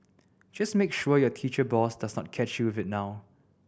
just make sure your teacher boss does not catch you with it now